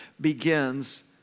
begins